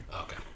Okay